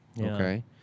Okay